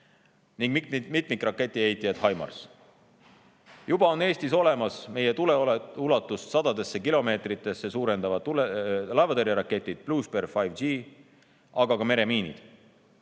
ning mitmikraketiheitjaid HIMARS. Juba on Eestis olemas meie tuleulatust sadade kilomeetriteni suurendavad laevatõrjeraketid Blue Spear 5G, aga ka meremiinid.